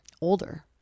older